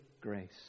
grace